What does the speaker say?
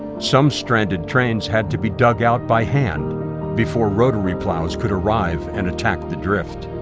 some stranded trains had to be dug out by hand before rotary plows could arrive and attack the drift.